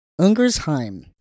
Ungersheim